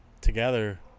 together